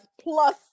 plus